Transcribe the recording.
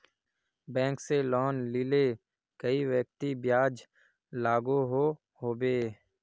Bank से loan लिले कई व्यक्ति ब्याज लागोहो होबे?